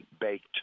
baked